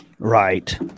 Right